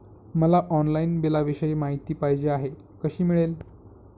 मला ऑनलाईन बिलाविषयी माहिती पाहिजे आहे, कशी मिळेल?